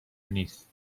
نیست